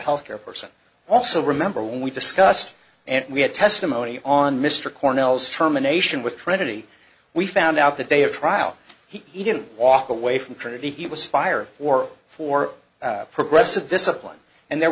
health care person also remember when we discussed and we had testimony on mr cornell's terminations with trinity we found out the day of trial he didn't walk away from trinity he was fired or for progressive discipline and there